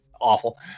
awful